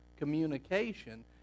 communication